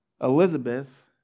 Elizabeth